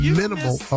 minimal